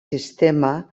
sistema